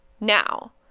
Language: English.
now